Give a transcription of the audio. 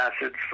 acids